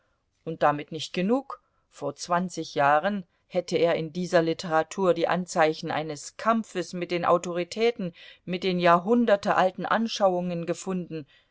und damit nicht genug vor zwanzig jahren hätte er in dieser literatur die anzeichen eines kampfes mit den autoritäten mit den jahrhundertealten anschauungen gefunden